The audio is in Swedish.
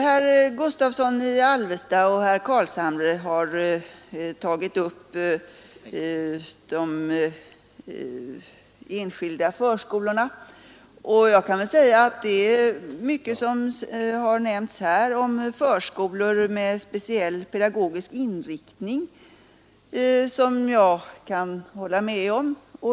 Herr Gustavsson i Alvesta och herr Carlshamre har tagit upp de enskilda förskolorna. Det är mycket som har nämnts här om förskolor med speciell pedagogisk inriktning som jag kan hålla med om.